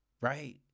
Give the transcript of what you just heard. Right